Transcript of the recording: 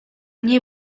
nie